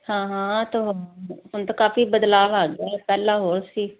ਹਾਂ ਹਾਂ ਹੁਣ ਤਾਂ ਕਾਫੀ ਬਦਲਾਵ ਆ ਗਿਆ ਪਹਿਲਾਂ ਹੋਰ ਸੀ